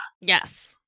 Yes